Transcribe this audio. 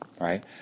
right